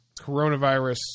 coronavirus